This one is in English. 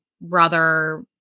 brother